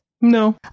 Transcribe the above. No